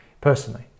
personally